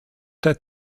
der